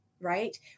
right